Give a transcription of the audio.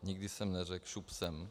Nikdy jsem neřek' šup sem.